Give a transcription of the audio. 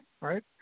right